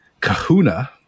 kahuna